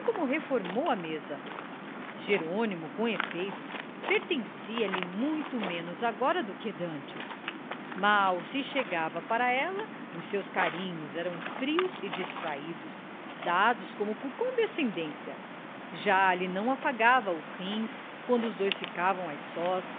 reformou a mesa jerônimo com efeito pertencia lhe muito menos agora do que dantes mal se chegava para ela os seus carinhos eram frios e distraídos dados como por condescendência já lhe não afagava os rins quando os dois ficavam a sós